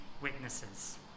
witnesses